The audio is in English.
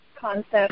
concept